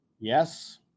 Yes